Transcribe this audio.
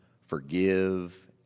forgive